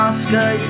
Oscar